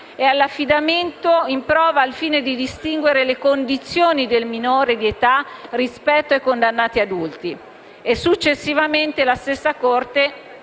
e all'affidamento in prova, al fine di distinguere la condizione del minore di età rispetto ai condannati adulti. Successivamente la stessa Corte